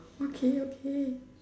okay okay